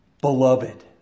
beloved